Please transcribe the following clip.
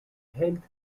health